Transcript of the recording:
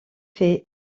fay